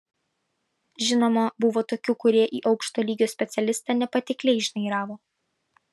žinoma buvo tokių kurie į aukšto lygio specialistą nepatikliai šnairavo